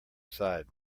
side